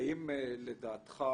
האם לדעתך